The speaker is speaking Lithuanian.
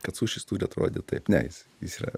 kad sušis turi atrodyt taip ne is is yra